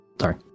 Sorry